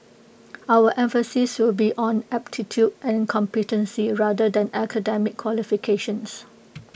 our emphasis will be on aptitude and competency rather than academic qualifications